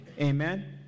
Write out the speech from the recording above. Amen